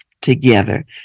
together